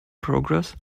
progress